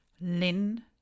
lynn